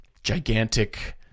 Gigantic